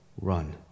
run